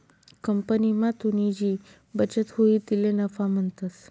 कंपनीमा तुनी जी बचत हुई तिले नफा म्हणतंस